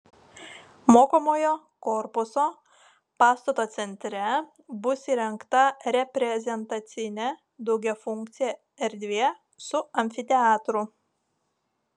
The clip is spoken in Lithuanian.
mokomojo korpuso pastato centre bus įrengta reprezentacinė daugiafunkcė erdvė su amfiteatru